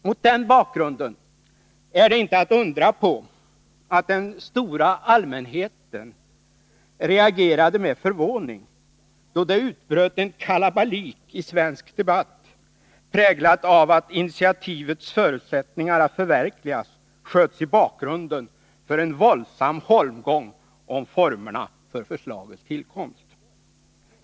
Mot den bakgrunden är det inte att undra på att den stora allmänheten reagerade med förvåning då det utbröt en kalabalik i svensk debatt, präglad av att initiativets förutsättningar att förverkligas sköts i bakgrunden för en våldsam holmgång om formerna för förslagets tillkomst.